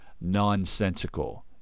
nonsensical